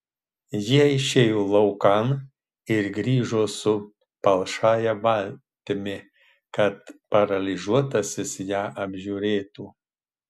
jie išėjo laukan ir grįžo su palšąja valtimi kad paralyžiuotasis ją apžiūrėtų